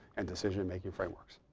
and decision making frameworks.